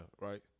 right